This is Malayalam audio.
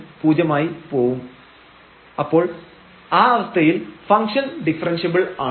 0⋅Δx0⋅ΔyΔx〖Δx32 sin⁡1√Δx Δy〖Δy32 cos⁡1√Δy അപ്പോൾ ആ അവസ്ഥയിൽ ഫംഗ്ഷൻ ഡിഫറെൻഷ്യബിൾ ആണ്